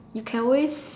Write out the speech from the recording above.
you can always